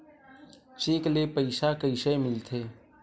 Cheque ले पईसा कइसे मिलथे?